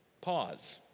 Pause